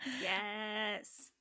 yes